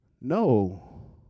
No